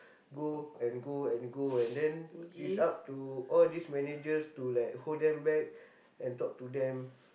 go and go and go and then it's up to all these managers to like hold them back and talk to them